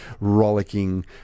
rollicking